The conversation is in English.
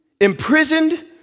imprisoned